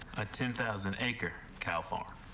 a ten thousand acre cow farm.